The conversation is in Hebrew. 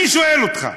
אני שואל אותך: